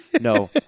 No